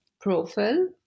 profile